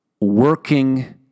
working